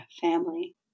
family